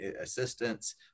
assistance